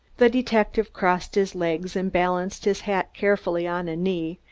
the detective crossed his legs and balanced his hat carefully on a knee,